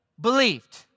believed